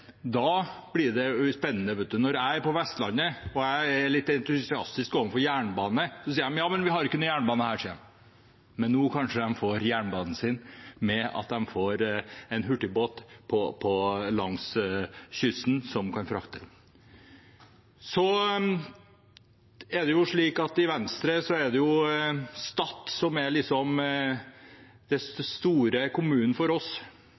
Da blir det spennende. Når jeg er på Vestlandet og er litt entusiastisk for jernbanen, sier de: Men vi har ikke noen jernbane her! Men nå kanskje de får «jernbanen» sin med en hurtigbåt langs kysten som kan frakte dem. I Venstre er Stad liksom den store kommunen for oss.